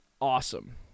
Awesome